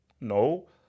no